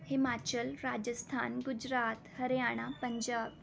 Himachal Rajasthan Gujarat Haryana Punjab